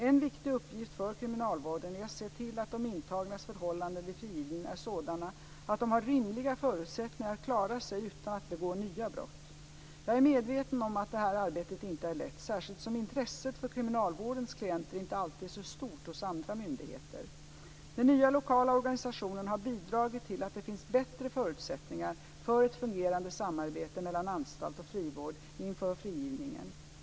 En viktig uppgift för kriminalvården är att se till att de intagnas förhållanden vid frigivningen är sådana att de har rimliga förutsättningar att klara sig utan att begå nya brott. Jag är medveten om att detta arbete inte är lätt, särskilt som intresset för kriminalvårdens klienter inte alltid är så stort hos andra myndigheter. Den nya lokala organisationen har bidragit till att det finns bättre förutsättningar för ett fungerande samarbete mellan anstalt och frivård inför frigivningen.